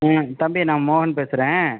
ம் தம்பி நான் மோகன் பேசுகிறேன்